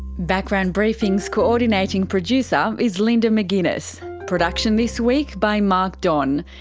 background briefing's co-ordinating producer is linda mcginness, production this week by mark don,